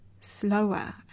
slower